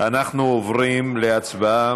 אנחנו עוברים להצבעה.